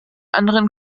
anderen